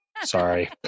Sorry